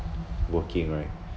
working right